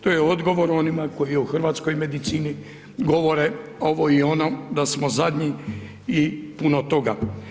To je odgovor onima koji u Hrvatskoj o medicini govore ovo i ono, da smo zadnji i puno toga.